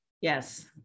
Yes